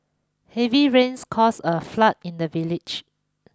heavy rains caused a flood in the village